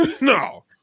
No